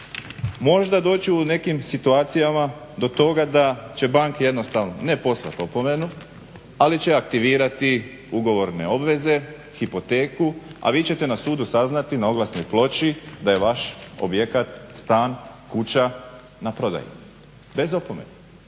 Može doći u nekim situacijama do toga da će banke jednostavno, ne poslat opomenu, ali će aktivirati ugovorne obaveze, hipoteku, a vi ćete na sudu saznati, na oglasnoj ploči, da je vaš objekat, stan, kuća na prodaji, bez opomene.